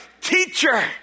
Teacher